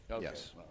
Yes